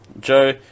Joe